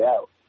out